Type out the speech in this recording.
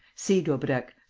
see daubrecq,